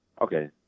Okay